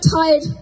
tired